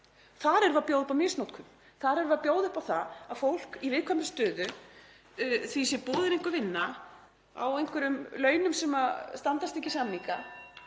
Þar erum við að bjóða upp á misnotkun. Þar erum við að bjóða upp á það að fólki í viðkvæmri stöðu sé boðin einhver vinna á einhverjum launum sem standast ekki samninga